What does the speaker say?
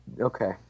Okay